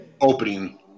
opening